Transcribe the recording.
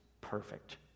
perfect